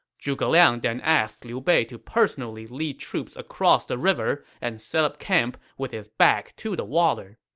zhuge liang then asked liu bei to personally lead troops across the river and set up camp with his back to the water.